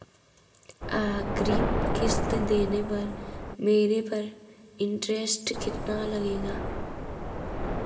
अग्रिम किश्त देने पर मेरे पर इंट्रेस्ट कितना लगेगा?